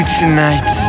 tonight